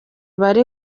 bari